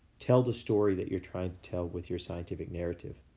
tell the story that you're trying to tell with your scientific narrative.